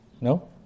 No